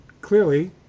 clearly